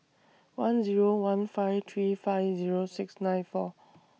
one Zero one five three five Zero six nine four